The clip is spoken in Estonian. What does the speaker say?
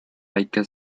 väike